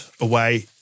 away